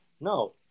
No